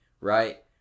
Right